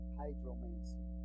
hydromancy